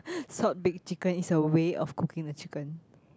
salt baked chicken it's a way of cooking the chicken